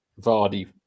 Vardy